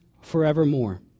forevermore